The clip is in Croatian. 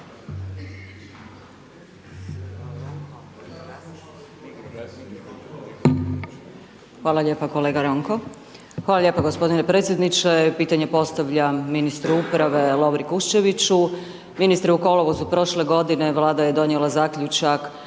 Hvala lijepo kolega Ranko, hvala lijepo g. predsjedniče, pitanje postavljam ministru uprave, Lovri Kuščeviću, ministre u kolovozu prošle godine, vlada je donijela zaključak